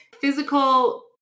physical